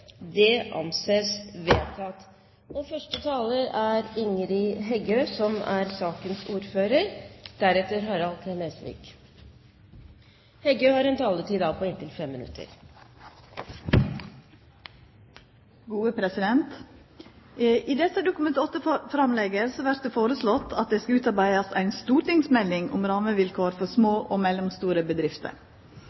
Det anses vedtatt. I dette Dokument 8-framlegget vert det foreslått at det skal utarbeidast ei stortingsmelding om rammevilkår for små